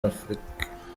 afurika